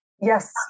Yes